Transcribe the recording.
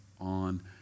on